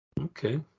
Okay